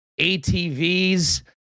ATVs